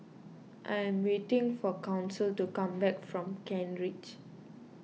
I am waiting for Council to come back from Kent Ridge